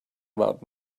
about